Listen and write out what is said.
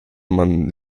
man